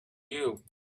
you